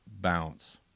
bounce